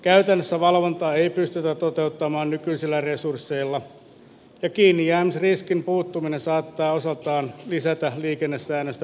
käytännössä valvontaa ei pystytä toteuttamaan nykyisillä resursseilla ja kiinnijäämisriskin puuttuminen saattaa osaltaan lisätä liikennesäännöistä